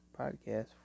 podcast